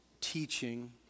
teaching